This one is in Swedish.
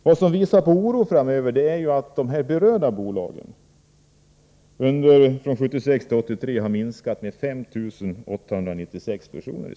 Vad som inger oro framöver är att de berörda bolagen under tiden 1976-1983 har minskat antalet anställda i sina företag med 5 896 personer.